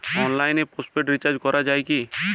অনলাইনে postpaid recharge করা যায় কি?